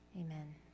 amen